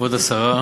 כבוד השרה,